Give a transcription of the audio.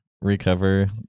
recover